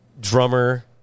Drummer